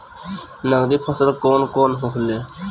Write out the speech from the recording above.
नकदी फसल कौन कौनहोखे?